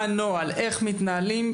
מה הנוהל, איך מתנהלים.